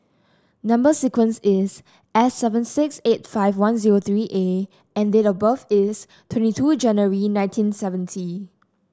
number sequence is S seven six eight five one zero three A and date of birth is twenty two January nineteen seventy